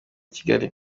kigali